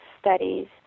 studies